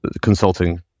consulting